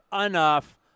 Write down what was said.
enough